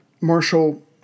Marshall